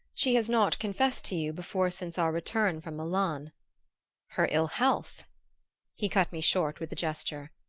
she has not confessed to you before since our return from milan her ill-health he cut me short with a gesture.